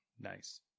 Nice